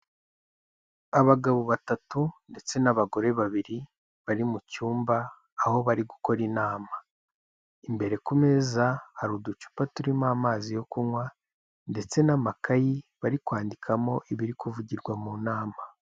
Abagabo batatu ndetse n'abagore babiri, bari mu cyumba aho bari gukora inama, imbere ku meza hari uducupa turimo amazi yo kunywa ndetse n'amakayi bari kwandikamo ibiri kuvugirwa mu nama.